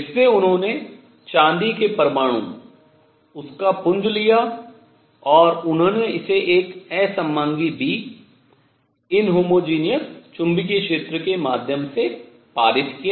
जिसमें उन्होंने चांदी के परमाणु उसका पुंज लिया और उन्होंने इसे एक असमांगी B असमांगी चुंबकीय क्षेत्र के माध्यम से पारित किया